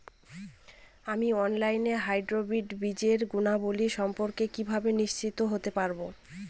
আমি অনলাইনে হাইব্রিড বীজের গুণাবলী সম্পর্কে কিভাবে নিশ্চিত হতে পারব?